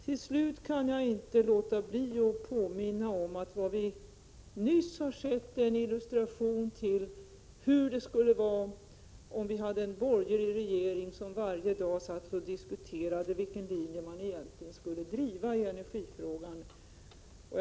Till slut kan jag inte låta bli att påminna om att vad vi nyss har sett är en illustration till hur det skulle vara om vi hade en borgerlig regering som varje dag satt och diskuterade vilken linje man egentligen skulle driva i energifrågan.